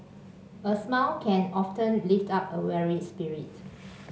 a smile can often lift up a weary spirit